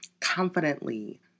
confidently